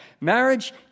Marriage